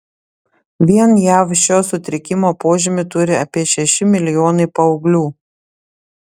vien jav šio sutrikimo požymių turi apie šeši milijonai paauglių